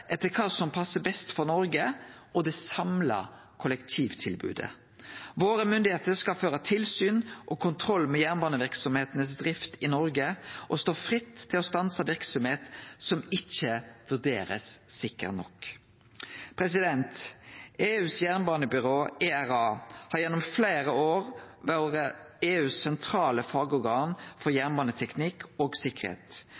etter kva som passar best for Noreg og det samla kollektivtilbodet. Våre myndigheiter skal føre tilsyn og kontroll med jernbaneverksemdenes drift i Noreg og står fritt til å stanse verksemd som ikkje blir vurdert som sikker nok. EUs jernbanebyrå, ERA, har gjennom fleire år vore EUs sentrale fagorgan for